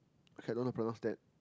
K I don't know how pronounce that